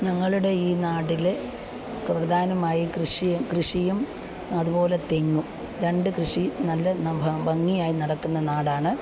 ഞങ്ങളുടെ ഈ നാട്ടിൽ പ്രധാനമായും കൃഷിയും കൃഷിയും അതുപോലെ തെങ്ങും രണ്ട് കൃഷി നല്ല ഭംഗിയായി നടക്കുന്ന നാടാണ്